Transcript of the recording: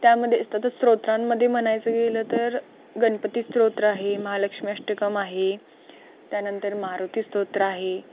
त्यामध्ये असतं तर स्तोत्रांमध्ये म्हणायचं गेलं तर गणपतीस्त्रोत्र आहे महालक्ष्मी अष्टकं आहे त्यानंतर मारुतीस्तोत्र आहे